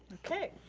okay,